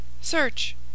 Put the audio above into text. Search